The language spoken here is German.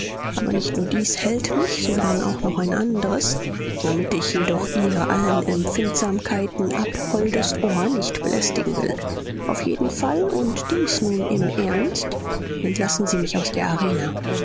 aber nicht nur dies hält mich sondern auch noch ein andres womit ich jedoch ihr allen empfindsamkeiten abholdes ohr nicht belästigen will auf jeden fall und dies nun im ernst entlassen sie mich aus der